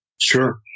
Sure